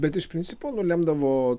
bet iš principo nulemdavo